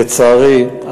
לצערי,